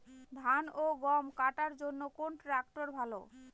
ধান ও গম কাটার জন্য কোন ট্র্যাক্টর ভালো?